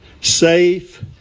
safe